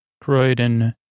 Croydon